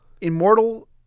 immortal